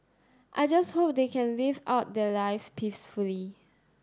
I just hope they can live out their lives peacefully